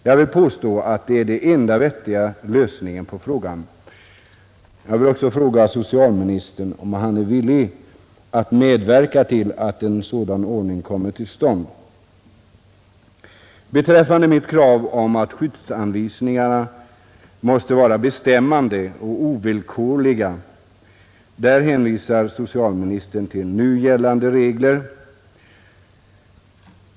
Jag vill påstå att det är den enda vettiga lösningen på frågan. Jag vill också fråga socialministern, om han är villig att medverka till att en sådan ordning kommer till stånd. Beträffande mitt krav om att skyddsanvisningarna måste vara bestäm mande och ovillkorliga hänvisar socialministern till nu gällande regler.